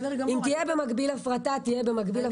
אם תהיה במקביל הפרטה אז תהיה במקביל הפרטה.